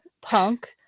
punk